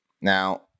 Now